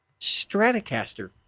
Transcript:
Stratocaster